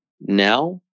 Now